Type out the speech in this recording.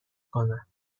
کنم